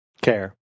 care